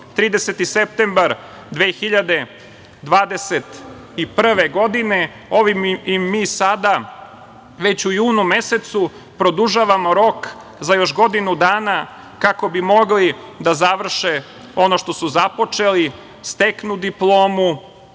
30. septembar 2021. godine. Ovim i mi sada već u junu mesecu produžavamo rok za još godinu dana kako bi mogli da završe ono što su započeli, steknu diplomu